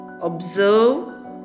observe